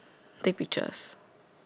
take pictures